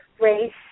race